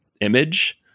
image